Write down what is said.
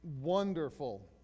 wonderful